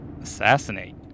Assassinate